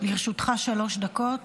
לרשותך שלוש דקות.